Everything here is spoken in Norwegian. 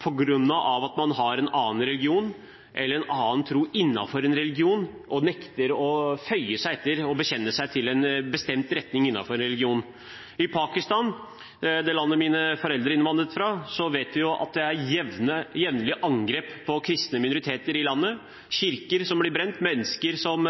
på grunn av at de har en annen religion, eller en annen tro innenfor en religion, og nekter å føye seg og bekjenne seg til en bestemt retning innenfor en religion. I Pakistan, det landet mine foreldre utvandret fra, vet vi at det er jevnlige angrep på kristne minoriteter i landet, kirker som blir brent, mennesker som